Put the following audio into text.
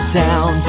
down